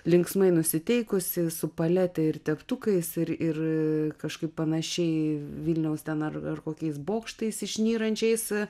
linksmai nusiteikusi su palete ir teptukais ir ir kažkaip panašiai vilniaus ten ar ar kokiais bokštais išnyrančiais